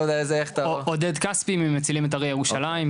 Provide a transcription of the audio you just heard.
עודד כספי מ"מצילים את הרי ירושלים",